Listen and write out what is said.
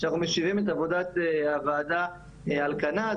כשאנחנו משיבים את עבודת הוועדה על כנה.